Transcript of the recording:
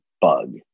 bug